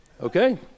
Okay